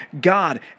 God